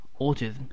autism